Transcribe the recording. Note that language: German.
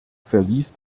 verließ